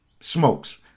smokes